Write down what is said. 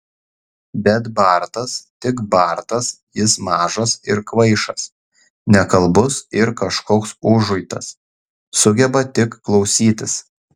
bet bartas tik bartas jis mažas ir kvaišas nekalbus ir kažkoks užuitas sugeba tik klausytis